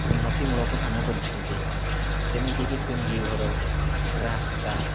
ଉନ୍ନତି ମୂଳକ କାମ କରିଛନ୍ତି ଯେମିତିକି ଟୁଙ୍ଗି ଘର ରାସ୍ତା